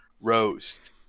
roast